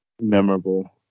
memorable